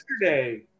Yesterday